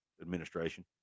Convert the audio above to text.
Administration